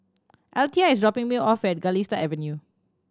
Alethea is dropping me off at Galistan Avenue